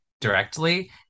directly